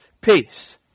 peace